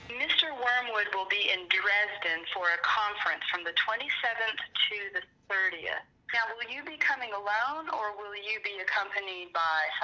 mr. wormwood will be in dresden for a conference from the twenty seventh to the thirtieth. yeah now will you be coming alone or will you be accompanied by